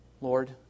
Lord